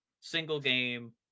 single-game